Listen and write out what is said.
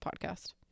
podcast